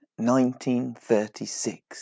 1936